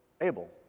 Abel